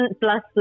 plus